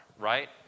right